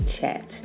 chat